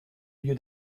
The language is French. lieu